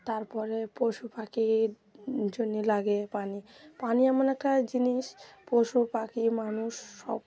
তার পরে পশু পাখির জন্যে লাগে পানি পানি এমন একটা জিনিস পশু পাখি মানুষ সব